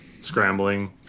scrambling